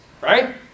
Right